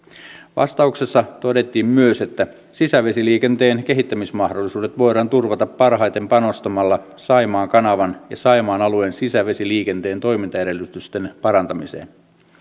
vastauksessa todettiin myös että sisävesiliikenteen kehittämismahdollisuudet voidaan turvata parhaiten panostamalla saimaan kanavan ja saimaan alueen sisävesiliikenteen toimintaedellytysten parantamiseen